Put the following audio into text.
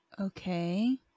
Okay